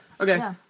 Okay